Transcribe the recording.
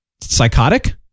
psychotic